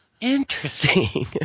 interesting